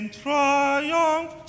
triumph